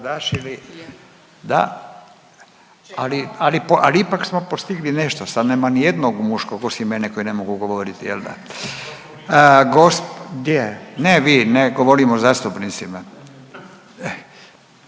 Da. Ali ipak smo postigli nešto, sada nema nijednog muškog, osim mene koji ne mogu govoriti, je l' da? .../nerazumljivo/... gdje je? Ne, vi, ne, govorim o zastupnicima.